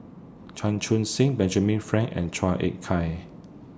Chan Chun Sing Benjamin Frank and Chua Ek Kay